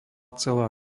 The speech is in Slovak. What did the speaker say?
celá